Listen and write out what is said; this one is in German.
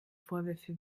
vorwürfe